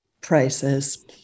prices